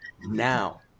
now